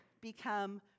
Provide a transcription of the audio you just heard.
become